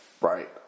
Right